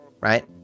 right